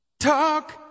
Talk